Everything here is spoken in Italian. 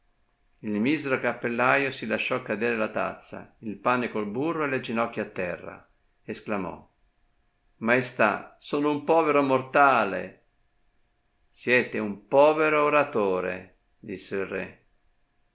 misero cappellaio si lasciò cadere la tazza il pane col burro e le ginocchia a terra e sclamò maestà sono un povero mortale siete un povero oratore disse